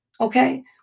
Okay